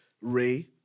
Ray